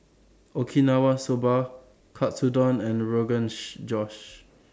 Okinawa Soba Katsudon and Rogan She Josh